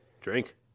Drink